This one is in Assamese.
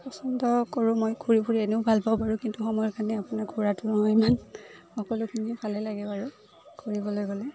পচন্দ কৰোঁ মই ঘূৰি ফুৰি এনেও ভালপাওঁ বাৰু কিন্তু সময়ৰ কাৰণে আপোনাৰ ঘূৰাটো নহয় ইমান সকলোখিনিয়ে ভালে লাগে বাৰু ফুৰিবলৈ গ'লে